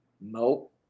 Nope